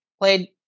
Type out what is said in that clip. played